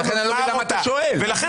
לכן